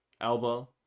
elbow